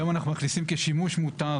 היום אנחנו מכניסים כשימוש מותאם,